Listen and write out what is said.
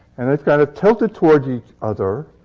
and they've kind of tilted towards each other,